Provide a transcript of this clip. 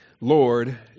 Lord